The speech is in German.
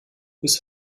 bis